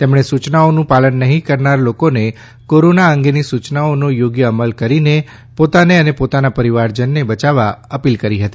તેમણે સૂચનાઓનું પાલન નહીં કરનાર લોકોને કોરોના અંગેની સૂચનાઓનો યોગ્ય અમલ કરીને પોતાને અને પોતાના પરિવારજનોને બચાવવા અપીલ કરી હતી